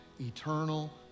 eternal